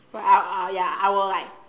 I I ya I will like